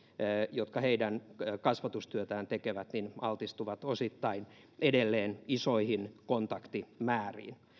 jotka kasvatustyötään tekevät altistuvat osittain edelleen isoille kontaktimäärille